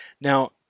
Now